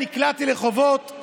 נקלעתי לחובות,